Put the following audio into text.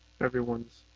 everyone's